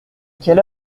quelle